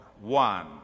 one